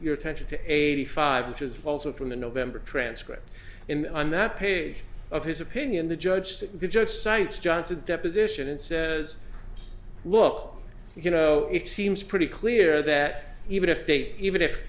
your attention to eighty five which is also from the november transcript in on that page of his opinion the judge said the judge cites johnson's deposition and says look you know it seems pretty clear that even if they even if